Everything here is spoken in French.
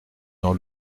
dans